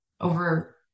over